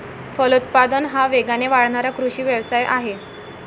फलोत्पादन हा वेगाने वाढणारा कृषी व्यवसाय आहे